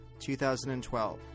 2012